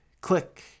click